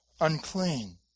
unclean